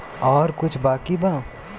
और कुछ बाकी बा?